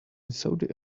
saudi